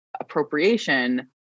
appropriation